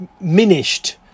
Minished